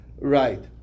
right